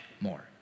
more